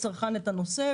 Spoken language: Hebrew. לצרכן את הנושא,